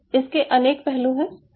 तो इसके अनेक पहलू हैं